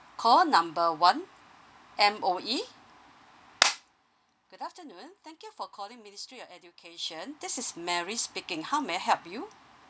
call number one M_O_E good afternoon thank you for calling ministry of education this is mary speaking how may I help you